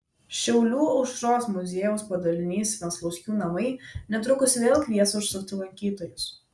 šiaulių aušros muziejaus padalinys venclauskių namai netrukus vėl kvies užsukti lankytojus